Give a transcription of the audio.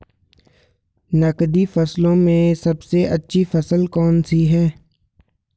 नकदी फसलों में सबसे अच्छी फसल कौन सी है?